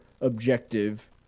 objective